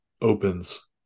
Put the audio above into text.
Opens